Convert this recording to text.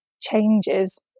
changes